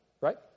Right